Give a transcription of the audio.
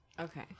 Okay